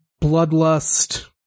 bloodlust